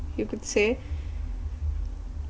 you could say